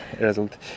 Result